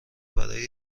برای